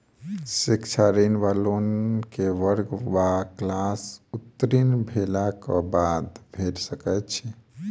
शिक्षा ऋण वा लोन केँ वर्ग वा क्लास उत्तीर्ण भेलाक बाद भेट सकैत छी?